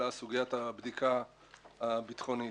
אלא סוגיית הבדיקה הביטחונית.